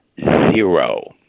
Zero